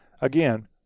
again